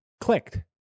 clicked